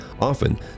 Often